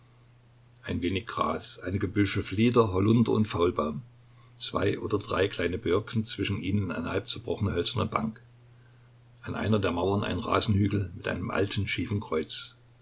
ein wenig gras einige büsche flieder hollunder und faulbaum zwei oder drei kleine birken zwischen ihnen eine halbzerbrochene hölzerne bank an einer der mauern ein rasenhügel mit einem alten schiefen kreuz